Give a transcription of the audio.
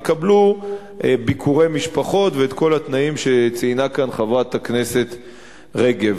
יקבלו ביקורי משפחות ואת כל התנאים שציינה כאן חברת הכנסת רגב.